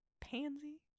Pansy